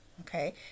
Okay